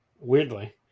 weirdly